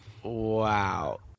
wow